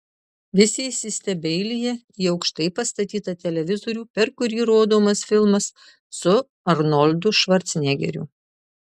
visi įsistebeilija į aukštai pastatytą televizorių per kurį rodomas filmas su arnoldu švarcnegeriu